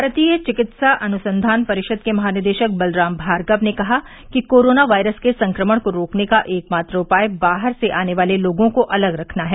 भारतीय चिकित्सा अनुसंधान परिषद के महानिदेशक बलराम भार्गव ने कहा कि कोरोना वायरस के संक्रमण को रोकने का एकमात्र उपाय बाहर से आने वाले लोगों को अलग रखना है